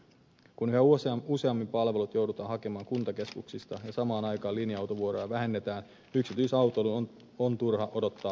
kun yhä useammin palvelut joudutaan hakemaan kuntakeskuksista ja samaan aikaan linja autovuoroja vähennetään yksityisautoilun on turha odottaa vähenevän